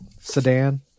sedan